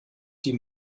die